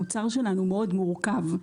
המוצר שלנו מאוד מורכב.